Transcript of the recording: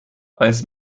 als